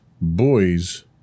boys